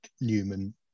Newman